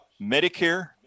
Medicare